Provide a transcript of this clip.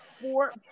four